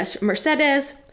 Mercedes